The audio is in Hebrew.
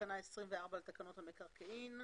תקנה 24 לתקנות המקרקעין.